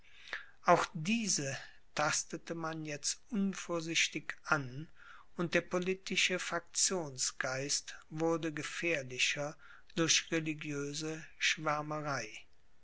auch diese tastete man jetzt unvorsichtig an und der politische faktionsgeist wurde gefährlicher durch religiöse